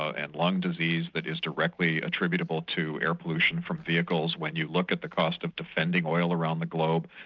and lung disease, that is directly attributable to air pollution from vehicles when you look at the cost of defending oil around the globe,